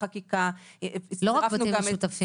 לא רק בתים משותפים,